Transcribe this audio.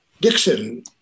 Dixon